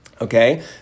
Okay